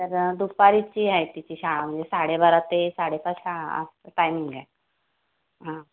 तर दुपारची आहे तिची शाळा म्हणजे साडेबारा ते साडेपाच शाळाचं टायमिंग आहे हां